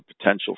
potential